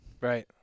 right